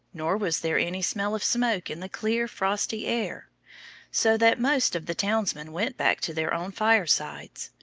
nor was there any smell of smoke in the clear, frosty air so that most of the townsmen went back to their own firesides.